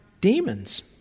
demons